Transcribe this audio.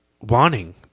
wanting